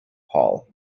hall